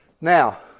Now